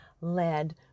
led